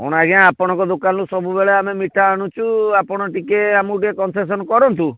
କ'ଣ ଆଜ୍ଞା ଆପଣଙ୍କ ଦୋକାନରୁ ସବୁବେଳେ ଆମେ ମିଠା ଆଣୁଛୁ ଆପଣ ଟିକିଏ ଆମକୁ ଟିକିଏ କନ୍ସେସନ୍ କରନ୍ତୁ